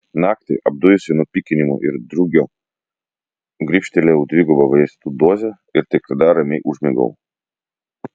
naktį apdujusi nuo pykinimo ir drugio grybštelėjau dvigubą vaistų dozę ir tik tada ramiai užmigau